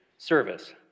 service